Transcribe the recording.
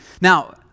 Now